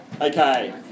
Okay